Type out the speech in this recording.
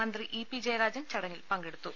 മന്ത്രി ഇപി ജയരാജൻ ചടങ്ങിൽ പങ്കെടുത്തു